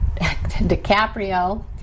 DiCaprio